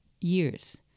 years